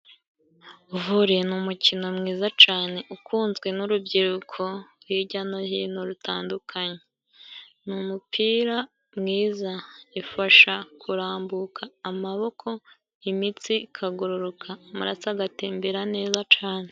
Vore ni umukino mwiza cane，ukunzwe n'urubyiruko hirya no hino rutandukanye，ni umupira mwiza， ifasha kurambuka amaboko，imitsi ikagororoka， amaraso agatembera neza cane.